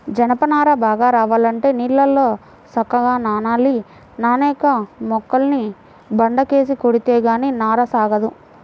జనప నార బాగా రావాలంటే నీళ్ళల్లో సక్కంగా నానాలి, నానేక మొక్కల్ని బండకేసి కొడితే గానీ నార సాగదు